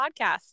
podcast